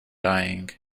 dying